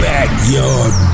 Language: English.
Backyard